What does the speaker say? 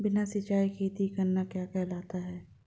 बिना सिंचाई खेती करना क्या कहलाता है?